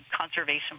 conservation